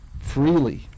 freely